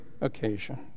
occasion